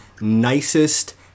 nicest